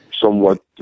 somewhat